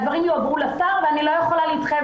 הדברים יועברו לשר ואני לא יכולה להתחייב